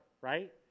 right